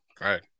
right